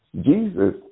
Jesus